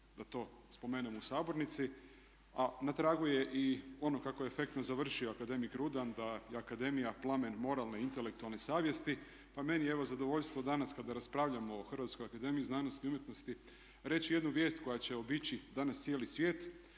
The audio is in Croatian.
da to spomenem u sabornici, a na tragu je i ono kako je efektno završio akademik Rudan, da je akademija plamen moralne, intelektualne savjesti. Pa meni je evo zadovoljstvo danas kad raspravljamo o Hrvatskoj akademiji znanosti i umjetnosti reći jednu vijest koja će obići danas cijeli svijet,